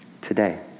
Today